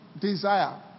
desire